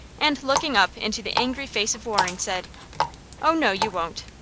and, looking up into the angry face of waring, said oh, no, you won't.